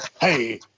hey